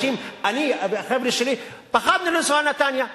אני והחבר'ה שלי פחדנו לנסוע לנתניה,